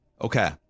Okay